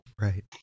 Right